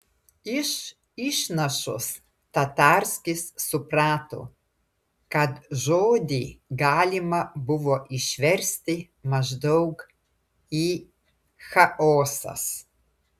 iš išnašos tatarskis suprato kad žodį galima buvo išversti maždaug į chaosas